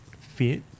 fit